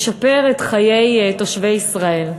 ישפר את חיי תושבי ישראל.